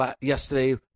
yesterday